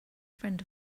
friend